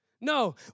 No